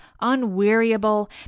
unweariable